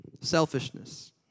Selfishness